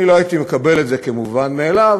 אני לא הייתי מקבל את זה כמובן מאליו